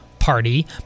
party